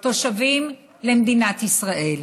תושבים למדינת ישראל.